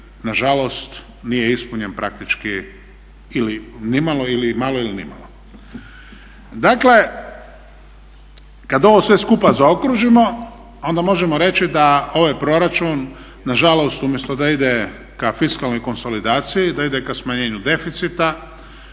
nažalost nije ispunjen praktički ili nimalo ili malo ili nimalo. Dakle kad ovo sve skupa zaokružimo onda možemo reći da ovaj proračun nažalost umjesto da ide ka fiskalnoj konsolidaciji, da ide ka smanjenju deficita,